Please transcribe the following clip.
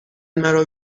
مرا